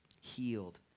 healed